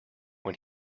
when